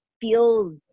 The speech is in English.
feels